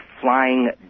flying